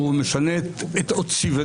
אתה כבר לא עוקב אחרי מי שאתה מוציא,